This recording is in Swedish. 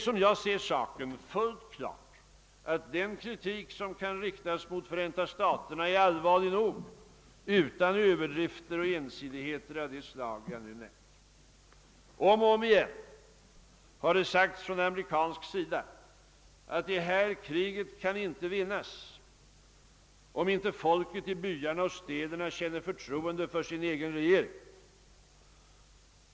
Som jag ser saken är det fullt klart att den kritik som kan riktas mot Förenta staterna är allvarlig nog utan överdrifter och ensidigheter av det slag jag nu nämnt. Om och om igen har det sagts från amerikansk sida att vietnamkriget inte kan vinnas, om inte folket i byarna och städerna känner förtroende för sin egen regering.